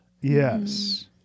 Yes